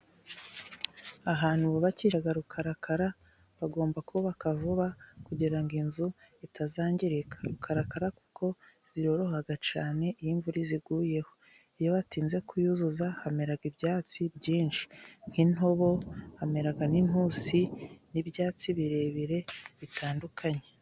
Ahantu bubakisha rukarakara bagomba kuhuka vuba, kugira ngo inzu itazangirika, rukarakara kuko ziroroha cyane. Iyo imvura iguyeho, iyo batinze kuyuzuza, hamera ibyatsi byinshi ,nk'intobo, hamera n'intusi, n'ibyatsi birebire bitandukanye.